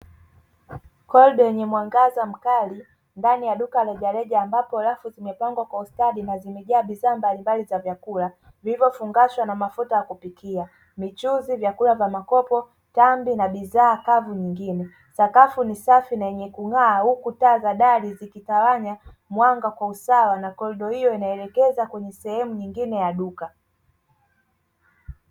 Korido lenye muangaza mkali ndani ya duka la rejareja ambapo rafu zimepangwa kwa ustadi wa bidhaa mbalimbali za vyakula vilivyo fungashwa na mafuta ya kupikia, michuzi vyakula vya makopo, tambi na bidhaa kavu nyingine. Sakafu ni safi na yenye kung'aa huku taa za dari zikitawanya mwanga sawa na kutawanya korido hiyo ikielekeza sehemu nyingine ya duka.